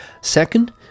Second